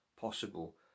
possible